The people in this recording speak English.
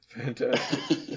Fantastic